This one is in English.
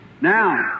Now